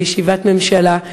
בישיבת ממשלה,